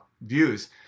views